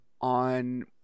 on